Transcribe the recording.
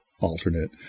alternate